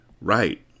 Right